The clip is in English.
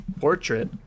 portrait